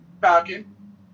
Falcon